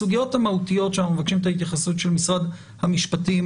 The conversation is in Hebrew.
הסוגיות המהותיות שאנחנו מבקשים את ההתייחסות של משרד המשפטים,